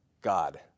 God